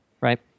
right